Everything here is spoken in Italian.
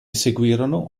seguirono